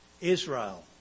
Israel